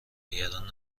نگران